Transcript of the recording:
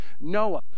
Noah